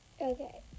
okay